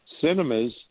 cinemas